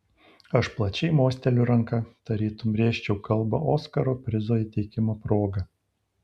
aš plačiai mosteliu ranka tarytum rėžčiau kalbą oskaro prizo įteikimo proga